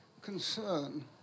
concern